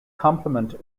complement